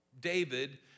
David